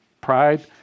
Pride